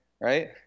Right